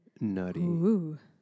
nutty